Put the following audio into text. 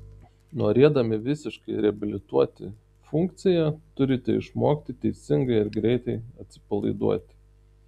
norėdami visiškai reabilituoti funkciją turite išmokti teisingai ir greitai atsipalaiduoti